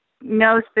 no